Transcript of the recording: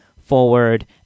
forward